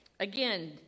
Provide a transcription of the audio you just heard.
Again